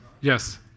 Yes